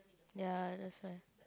ya that's why